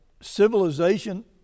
civilization